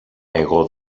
εγώ